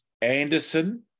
Anderson